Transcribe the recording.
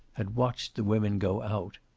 had watched the women go out.